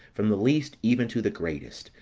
from the least even to the greatest,